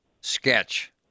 sketch